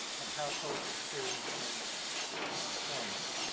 and households experiencing unemployment.